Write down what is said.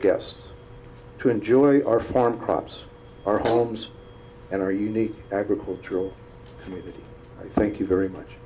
guests to enjoy our farm crops our homes and our unique agricultural community thank you very much